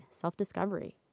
self-discovery